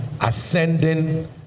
ascending